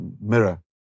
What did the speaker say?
mirror